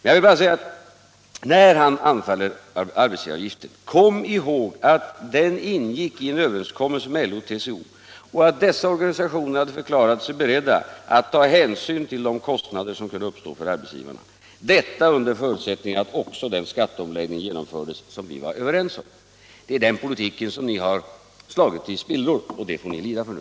Jag vill med anledning av hans angrepp på arbetsgivaravgiften säga: Kom ihåg att den ingick i en överenskommelse med LO och TCO och att dessa organisationer hade förklarat sig beredda att ta hänsyn till de kostnader som skulle uppstå för arbetsgivarna, under förutsättning att den skatteomläggning som vi var överens om genomfördes. Det är den politiken ni har slagit i spillror, och det får ni lida för nu.